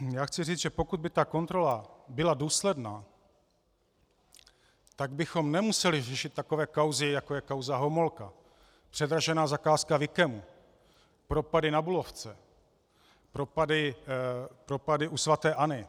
Já chci říct, že pokud by ta kontrola byla důsledná, tak bychom nemuseli řešit takové kauzy, jako je kauza Homolka, předražená zakázka v IKEMu, propady na Bulovce, propady u Sv. Anny.